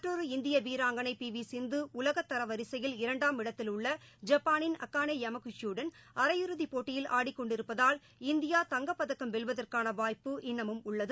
மற்றொரு இந்திய வீராங்கனை பி வி சிந்து உலகத்தர வரிசையில் இரண்டாம் இடத்திலுள்ள ஐப்பானின் அக்கானே யமாகுச்சியுடன் அரையிறுதி போட்டியில் அடிக்கொண்டிருப்பதால் இந்தியா தங்கப்பதக்கம் வெல்வதற்கான வாய்ப்பு இன்னமும் உள்ளது